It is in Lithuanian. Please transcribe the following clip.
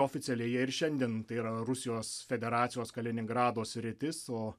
oficialiai jie ir šiandien tai yra rusijos federacijos kaliningrado sritis o